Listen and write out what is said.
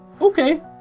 Okay